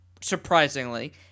surprisingly